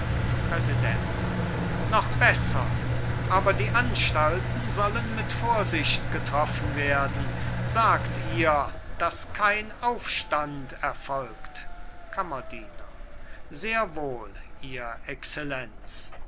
präsident noch besser aber die anstalten sollen mit vorsicht getroffen werden sagt ihr daß kein aufstand erfolgt kammerdiener sehr wohl ihr excellenz